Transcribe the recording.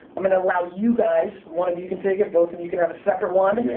i'm gonna allow you guys, one of you can take it, both of you can have a separate one.